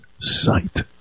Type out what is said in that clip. sight